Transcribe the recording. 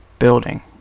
building